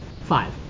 Five